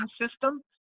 system